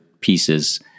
pieces